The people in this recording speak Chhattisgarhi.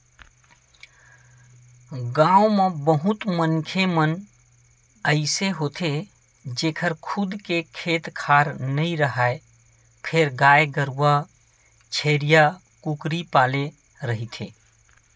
गाँव म बहुत मनखे मन अइसे होथे जेखर खुद के खेत खार नइ राहय फेर गाय गरूवा छेरीया, कुकरी पाले रहिथे